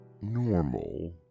normal